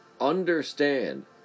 understand